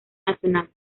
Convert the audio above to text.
nacional